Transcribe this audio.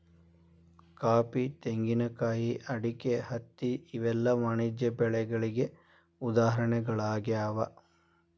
coffee, ತೆಂಗಿನಕಾಯಿ, ಅಡಿಕೆ, ಹತ್ತಿ ಇವೆಲ್ಲ ವಾಣಿಜ್ಯ ಬೆಳೆಗಳಿಗೆ ಉದಾಹರಣೆಗಳಾಗ್ಯಾವ